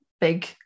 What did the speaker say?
big